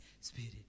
spirit